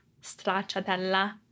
stracciatella